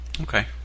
Okay